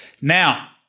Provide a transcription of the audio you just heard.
Now